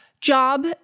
job